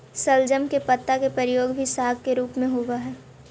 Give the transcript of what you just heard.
शलजम के पत्ता के प्रयोग भी साग के रूप में होव हई